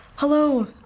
Hello